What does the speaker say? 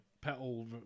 petal